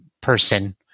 person